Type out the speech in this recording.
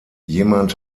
jemand